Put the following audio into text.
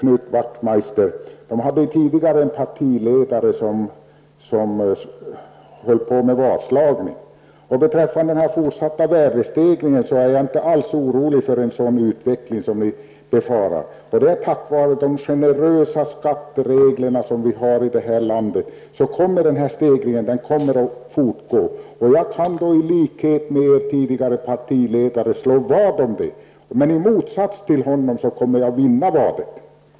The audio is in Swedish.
Moderata samlingspartiet hade tidigare en partiledare som ägnade sig åt vadslagning. Beträffande den fortsatta värdestegringen är jag inte alls orolig för en sådan utveckling som ni befarar. Det är tack vare de generösa skatteregler som vi har i detta land som denna värdestegring kommer att fortgå. Jag kan i likhet med er tidigare partiledare slå vad om detta, men i motsats till honom kommer jag att vinna vadet.